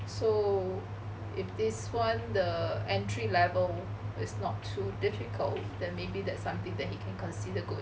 so if this [one] the entry level is not too difficult then maybe is something that he can consider going